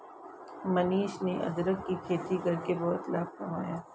मनीष ने अदरक की खेती करके बहुत लाभ कमाया